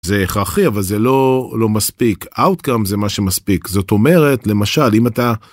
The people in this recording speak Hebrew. זה הכרחי אבל זה לא לא מספיק. outcome זה מה שמספיק. זאת אומרת למשל אם אתה.